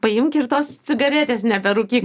paimk ir tos cigaretės neberūkyk